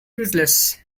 useless